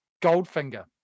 goldfinger